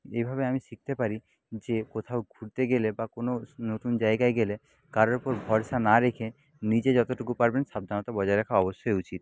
এইভাবে আমি শিখতে পারি যে কোথাও ঘুরতে গেলে বা কোনো নতুন জায়াগায় গেলে কারোর উপর ভরসা না রেখে নিজে যতোটুকু পারবেন সাবধানতা বজায় রাখা অবশ্যই উচিৎ